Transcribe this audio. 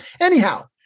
Anyhow